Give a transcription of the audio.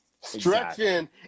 stretching